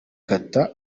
kata